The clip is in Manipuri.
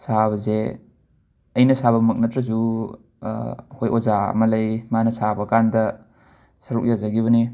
ꯁꯥꯕꯁꯦ ꯑꯩꯅ ꯁꯥꯕꯃꯛ ꯅꯠꯇ꯭ꯔꯁꯨ ꯑꯩꯈꯣꯏ ꯑꯣꯖꯥ ꯑꯃ ꯂꯩ ꯃꯥꯅ ꯁꯥꯕꯀꯥꯟꯗ ꯁꯔꯨꯛ ꯌꯥꯖꯈꯤꯕꯅꯤ